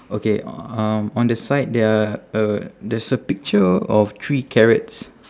okay um on the side there are uh there's a picture of three carrots